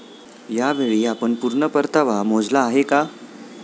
यावेळी आपण पूर्ण परतावा मोजला आहे का?